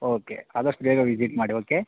okay ಆದಷ್ಟು ಬೇಗ visit ಮಾಡಿ ಓಕೆ